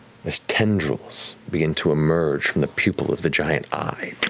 as tendrils begin to emerge from the pupil of the giant eye.